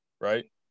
right